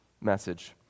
message